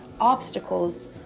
obstacles